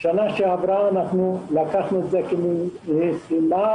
בשנה שעברה לקחנו את זה כמשימה,